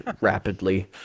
rapidly